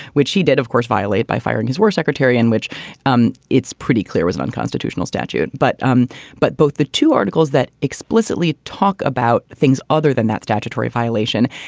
which he did, of course, violate by firing his secretary, in which um it's pretty clear was an unconstitutional statute. but um but both the two articles that explicitly talk about things other than that statutory violation.